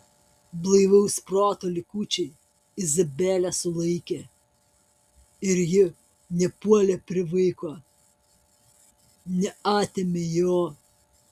blaivaus proto likučiai izabelę sulaikė ir ji nepuolė prie vaiko neatėmė jo